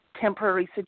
temporary